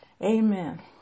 Amen